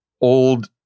old